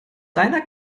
reiner